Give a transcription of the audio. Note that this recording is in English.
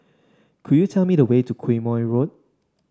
could you tell me the way to Quemoy Road